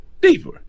deeper